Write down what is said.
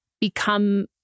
become